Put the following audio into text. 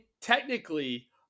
technically